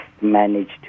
managed